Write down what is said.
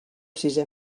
sisé